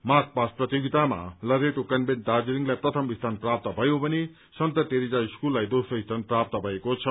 March past प्रतियोगितामा Loreto convent दार्जीलिङलाई प्रथम स्थान प्राप्त भयो भने सन्त तेरेजा स्कूललाई दोम्रो स्थान प्राप्त भएको छ